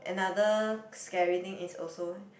another scary thing is also